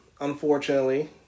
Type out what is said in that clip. unfortunately